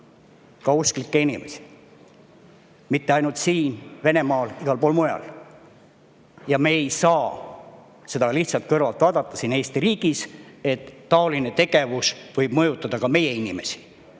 ka usklikke inimesi, mitte ainult siin, aga ka Venemaal ja igal pool mujal. Me ei saa seda lihtsalt kõrvalt vaadata siin Eesti riigis, sest taoline tegevus võib mõjutada ka meie inimesi.